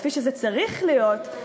כפי שזה צריך להיות,